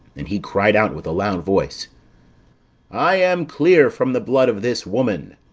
and he cried out with a loud voice i am clear from the blood of this woman.